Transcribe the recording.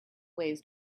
ways